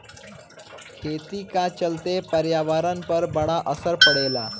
खेती का चलते पर्यावरण पर बड़ा असर पड़ेला